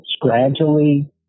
gradually